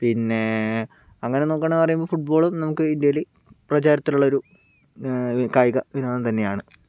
പിന്നേ അങ്ങനെ നോക്കുകയാണ് പറയുമ്പോൾ ഫുട്ബോളും നമുക്ക് ഇന്ത്യയിൽ പ്രചാരത്തിലുള്ളൊരു കായിക വിനോദം തന്നെയാണ്